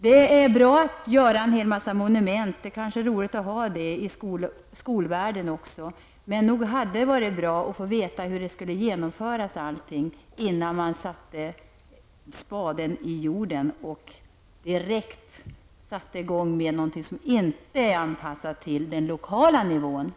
Det är bra att resa en massa monument -- det är kanske roligt att ha det också i skolvärlden, men nog hade det varit bra att få veta hur allting skall genomföras innan man satte spaden i jorden och drog i gång någonting som inte är anpassat till den lokala nivån.